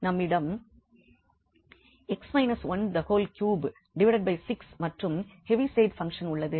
நம்மிடம் 36 மற்றும் Heaviside function உள்ளது